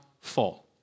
fall